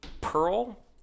Pearl